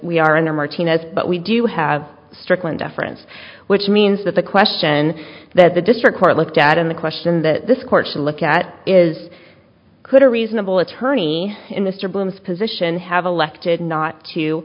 we are in the martinez but we do have strickland deference which means that the question that the district court looked at in the question that this court should look at is could a reasonable attorney in mr bloom's position have elected not to